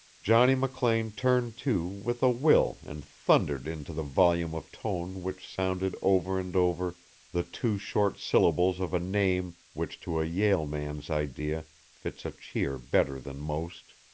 johnny mclean turned to with a will and thundered into the volume of tone which sounded over and over the two short syllables of a name which to a yale man's idea fits a cheer better than most.